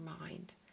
mind